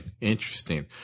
Interesting